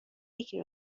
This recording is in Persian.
یکی